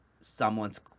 someone's